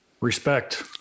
Respect